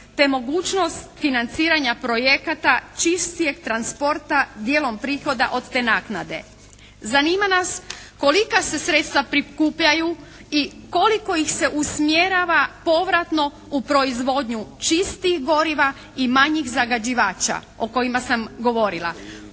te mogućnost financiranja projekata čistijeg transporta djelom prihoda od te naknade. Zanima nas kolika se sredstva prikupljaju i koliko ih se usmjerava povratno u proizvodnju čistih goriva i manjih zagađivača o kojima sam govorila.